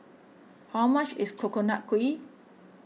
how much is Coconut Kuih